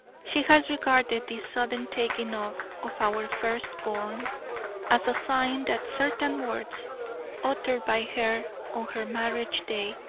she has regarded this sudden taking off of our first-born as a sign that certain words uttered by her on her marriage day,